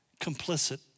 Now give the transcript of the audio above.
complicit